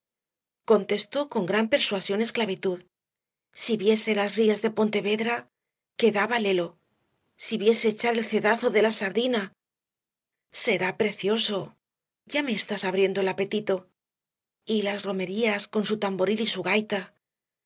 dije contestó con gran persuasión esclavitud si viese las rías de pontevedra quedaba lelo si viese echar el cedazo de la sardina será precioso ya me estás abriendo el apetito y las romerías con su tamboril y su gaita